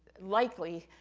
likely.